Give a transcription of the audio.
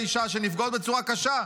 אבל כל ההכנסות של האישה שנפגעות בצורה קשה,